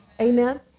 Amen